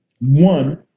One